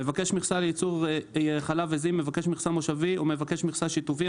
"מבקש מכסה לייצור חלב עיזים" מבקש מכסה מושבי או מבקש מכסה שיתופי,